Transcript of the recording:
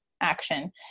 action